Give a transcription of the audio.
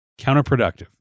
Counterproductive